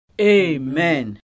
Amen